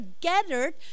gathered